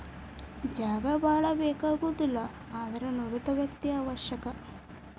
ಜಾಗಾ ಬಾಳ ಬೇಕಾಗುದಿಲ್ಲಾ ಆದರ ನುರಿತ ವ್ಯಕ್ತಿ ಅವಶ್ಯಕ